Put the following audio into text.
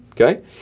Okay